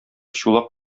чулак